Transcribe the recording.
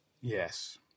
Yes